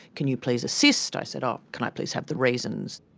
can you please assist? i said, oh, can i please have the reasons?